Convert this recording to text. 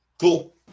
Cool